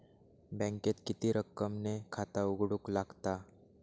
बँकेत किती रक्कम ने खाता उघडूक लागता?